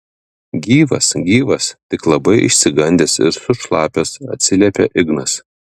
gyvas gyvas tik labai išsigandęs ir sušlapęs atsiliepia ignas